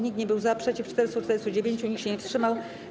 Nikt nie był za, przeciw - 449, nikt się nie wstrzymał.